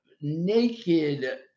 naked